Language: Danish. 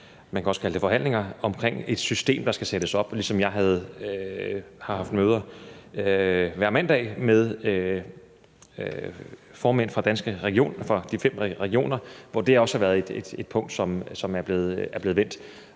man kan også kalde det forhandlinger, omkring et system, der skal sættes op, ligesom jeg har haft møder hver mandag med formændene for de fem regioner, hvor det også har været et punkt, som er blevet vendt.